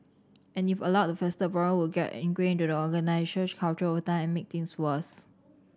and if allowed to fester the problem would get ingrained the organisational culture over time and make things worse